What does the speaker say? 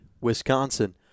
Wisconsin